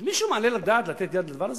אז מישהו מעלה על הדעת לתת יד לדבר הזה?